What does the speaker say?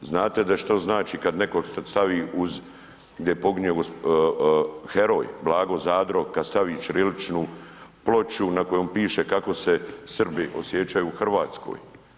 Znate šta to znači kada neko stavi uz gdje je poginuo heroj Blago Zadro kada stavi ćiriličnu ploču na kojoj piše kako se Srbi osjećaju u Hrvatskoj.